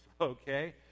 okay